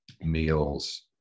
meals